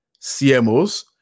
CMOs